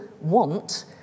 want